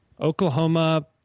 Oklahoma